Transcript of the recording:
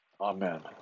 Amen